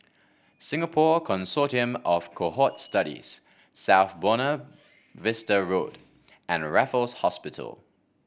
Singapore Consortium of Cohort Studies South Buona Vista Road and Raffles Hospital